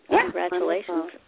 Congratulations